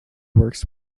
works